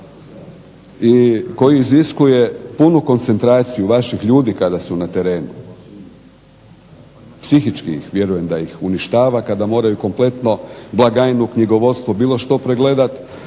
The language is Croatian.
koji iziskuje punu koncentraciju vaših ljudi kada su na terenu, psihički ih vjerujem da ih uništava kada moraju kompletno blagajnu, knjigovodstvo, bilo što pregledati,